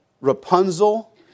Rapunzel